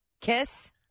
kiss